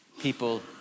people